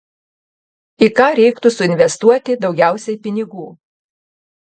į ką reiktų suinvestuoti daugiausiai pinigų